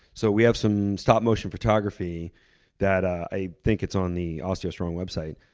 so we have some stop motion photography that, i think it's on the osteostrong website,